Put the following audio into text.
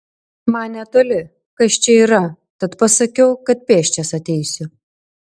man netoli kas čia yra tad pasakiau kad pėsčias ateisiu